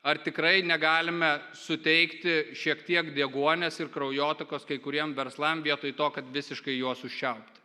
ar tikrai negalime suteikti šiek tiek deguonies ir kraujotakos kai kuriem verslam vietoj to kad visiškai juos užčiaupti